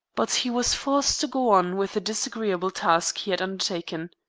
but he was forced to go on with the disagreeable task he had undertaken.